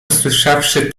usłyszawszy